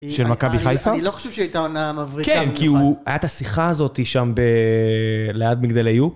של מכבי חיפה? אני לא חושב שהייתה עונה מבריקה. כן, כי הוא... היה את השיחה הזאתי שם ב... ליד מגדל יו.